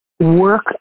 work